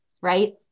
Right